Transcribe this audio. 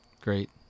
great